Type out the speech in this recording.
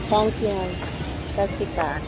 thank you ma'am ਸਤਿ ਸ਼੍ਰੀ ਅਕਾਲ